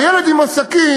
הילד עם הסכין,